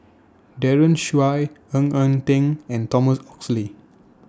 Daren Shiau Ng Eng Teng and Thomas Oxley